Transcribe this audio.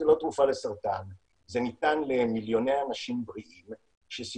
בתמונה האמצעית אנחנו רואים את וירוס